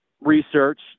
research